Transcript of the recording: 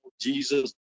Jesus